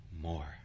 more